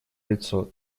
лицо